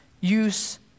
use